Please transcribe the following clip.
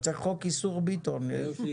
חומרי מחשב וטלפונים ניידים.